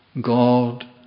God